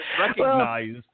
recognize